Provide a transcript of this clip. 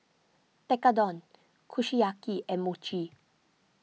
Tekkadon Kushiyaki and Mochi